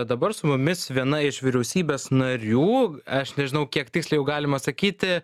dabar su mumis viena iš vyriausybės narių aš nežinau kiek tiksliai jau galima sakyti